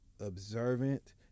observant